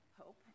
hope